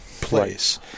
place